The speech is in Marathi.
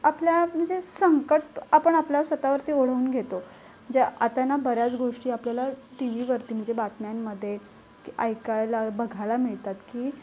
आपल्या म्हणजे संकट आपण आपल्या स्वतःवरती ओढवून घेतो जे आता ना बऱ्याच गोष्टी आपल्याला टी व्हीवरती म्हणजे बातम्यांमध्ये की ऐकायला बघायला मिळतात की